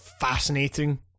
fascinating